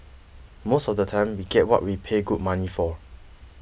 most of the time we get what we pay good money for